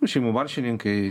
šeimų maršininkai